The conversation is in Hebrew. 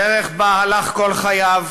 דרך שבה הלך כל חייו,